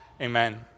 amen